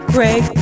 Craig